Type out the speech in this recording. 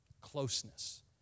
closeness